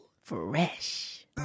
fresh